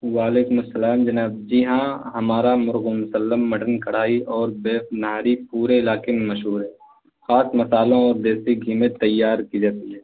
وعلیکم السلام جناب جی ہاں ہمارا مرغ مسلم مٹن کڑھائی اور بیف نہاری پورے علاقے میں مشہور ہے خاص مسالوں اور دیسی گھی میں تیار کی جاتی ہے